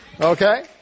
okay